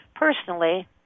Personally